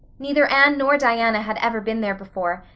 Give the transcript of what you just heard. neither anne nor diana had ever been there before,